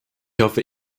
hoffe